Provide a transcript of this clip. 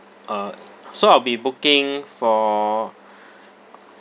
uh so I'll be booking for